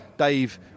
Dave